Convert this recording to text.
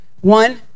one